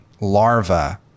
larva